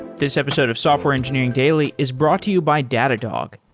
this episode of software engineering daily is brought to you by datadog,